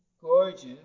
gorgeous